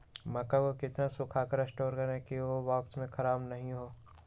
मक्का को कितना सूखा कर स्टोर करें की ओ बॉक्स में ख़राब नहीं हो?